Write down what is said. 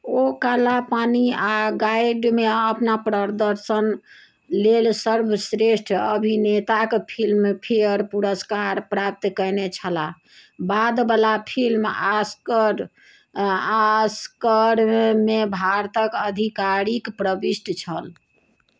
ओ काला पानी आ गाइडमे अपना प्रदर्शन लेल सर्वश्रेष्ठ अभिनेताक फिल्म फेयर पुरस्कार प्राप्त कयने छलाह बाद बला फिल्म ऑस्कार ऑस्करमे भारतक आधिकारिक प्रविष्ट छल